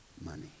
money